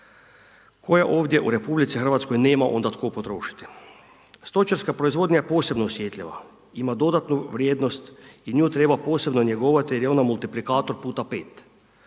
koje ovdje u RH nema onda tko potrošiti. Stočarska proizvodnja je posebno osjetljiva, ima dodatnu vrijednost i nju treba posebno njegovati jer je ona multiplikator puta 5.